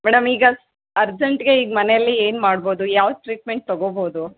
madam ಈಗ ಅರ್ಜೆಂಟಿಗೆ ಈಗ ಮನೇಲಿ ಏನು ಮಾಡ್ಬೋದು ಯಾವ ಟ್ರೀಟ್ಮೆಂಟ್ ತಗೋಬೋದು